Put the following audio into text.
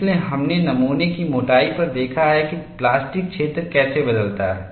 इसलिए हमने नमूने की मोटाई पर देखा है कि प्लास्टिक क्षेत्र कैसे बदलता है